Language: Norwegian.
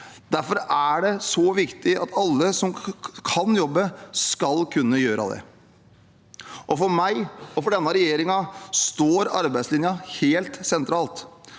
Derfor er det så viktig at alle som kan jobbe, skal kunne gjøre det. For meg og for denne regjeringen står arbeidslinjen helt sentralt.